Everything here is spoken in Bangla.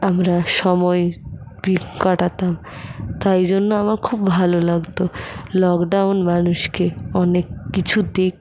আমরা সময়ের কাটাতাম তাই জন্য আমার খুব ভালো লাগতো লকডাউন মানুষকে অনেক কিছু দিক